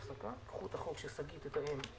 קצרים מאוד.